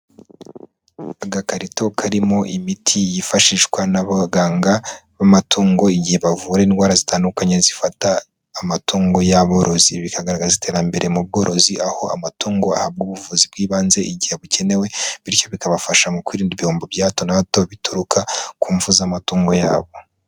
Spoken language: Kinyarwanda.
Agakarito karimo imiti yifashishwa n'abaganga b'amatungo igihe bavura indwara zitandukanye zifata amatungo y'aborozi, bikagaragaza iterambere mu bworozi, aho amatungo ahabwa ubuvuzi bw'ibanze igihe bukenewe, bityo bikabafasha mu kwirinda ibihombo bya hato na hato bituruka ku mfu z'amatungo yabo.